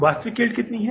वास्तविक यील्ड कितनी है